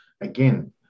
again